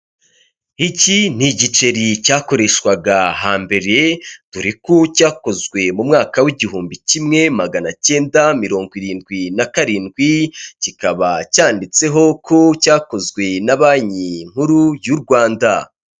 Iki ni igiceri cyakoreshwaga hambere, dore ko cyakozwe mu mwaka w'igihumbi kimwe magana cyenda mirongo irindwi na karindwi, kikaba cyanditseho ko cyakozwe na banki nkuru y'u Rwanda.